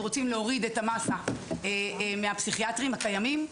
אנחנו רוצים להוריד את המסה מהפסיכיאטרים הקיימים,